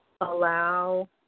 allow